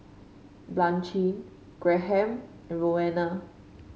Blanchie Graham and Roena